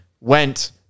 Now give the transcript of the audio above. went